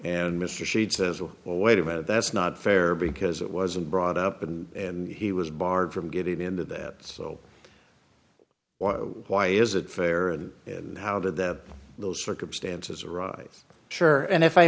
and mr sheed says well wait a minute that's not fair because it wasn't brought up and he was barred from getting into that so why is it fair and how did the those circumstances arise sure and if i